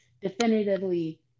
definitively